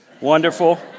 Wonderful